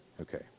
Okay